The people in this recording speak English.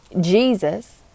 Jesus